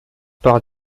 par